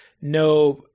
no